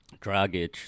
Dragic